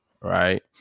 right